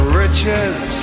riches